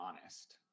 honest